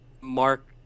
mark